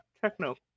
techno